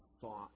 thought